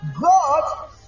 God